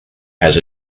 has